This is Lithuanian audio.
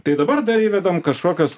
tai dabar dar įvedam kažkokias